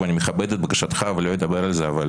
אני מכבד את בקשתך ולא אדבר על זה אבל